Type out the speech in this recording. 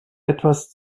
etwas